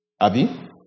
Abby